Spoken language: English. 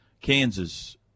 Kansas